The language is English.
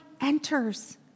enters